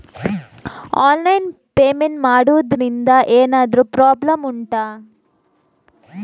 online payment ಮಾಡುದ್ರಿಂದ ಎಂತಾದ್ರೂ problem ಉಂಟಾ